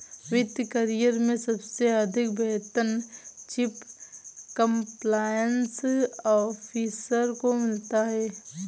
वित्त करियर में सबसे अधिक वेतन चीफ कंप्लायंस ऑफिसर को मिलता है